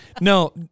No